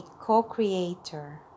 co-creator